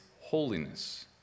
holiness